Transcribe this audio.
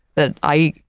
that i,